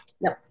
No